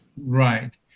Right